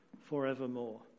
forevermore